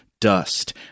Dust